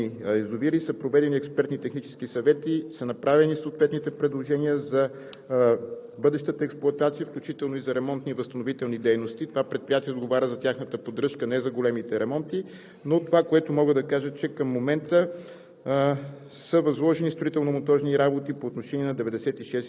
По отношение на 259 от тези прехвърлени язовири са проведени експертни и технически съвети, направени са съответните предложения за бъдещата експлоатация, включително и за ремонтни и възстановителни дейности. Това предприятие отговаря за тяхната поддръжка, не за големите ремонти. Но това, което мога да кажа, е, че към момента,